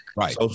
right